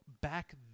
back